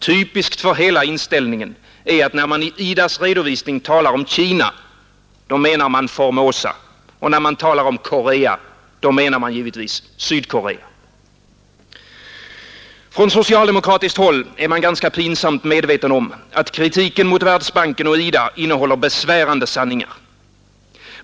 Typiskt för hela inställningen är att när man i IDA:s redovisning talar om Kina, då menar man Formosa, och när man talar om Korea, menar man givetvis Sydkorea. Från socialdemokratiskt håll är man ganska pinsamt medveten om att kritiken mot Världsbanken och IDA innehåller besvärande sanningar.